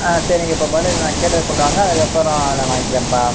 ஆ சரி நீங்கள் இப்போ முதல்ல நான் கேட்டதை கொண்டு வாங்க அதுக்கப்புறம் நான் வாங்கிக்கிறேன்ப்பா